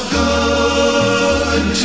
good